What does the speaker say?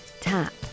Tap